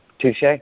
Touche